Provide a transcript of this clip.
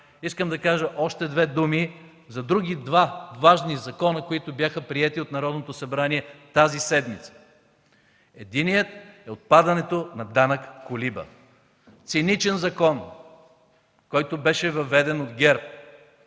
Искам да кажа още две думи за други два важни закона, които бяха приети от Народното събрание тази седмица. Единият е за отпадането на „данък колиба” – циничен закон, който беше въведен от ГЕРБ,